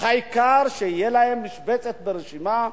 העיקר שתהיה להם משבצת ברשימה,